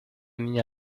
niña